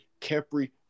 Kepri